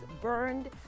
burned